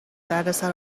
دردسر